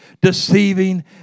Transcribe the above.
deceiving